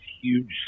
huge